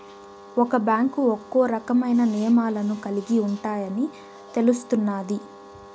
ఒక్క బ్యాంకు ఒక్కో రకమైన నియమాలను కలిగి ఉంటాయని తెలుస్తున్నాది